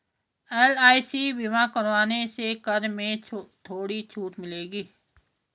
LIC बीमा करवाने से कर में थोड़ी छूट मिलेगी